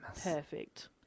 Perfect